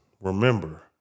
remember